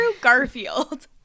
Garfield